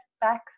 back